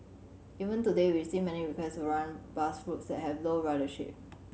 even today we receive many requests run bus routes that have low ridership